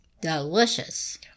delicious